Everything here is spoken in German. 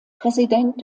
präsident